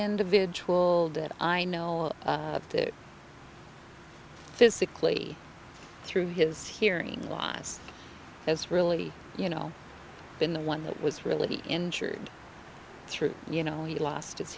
individual that i know of physically through his hearing loss has really you know been the one that was really injured through you know he lost his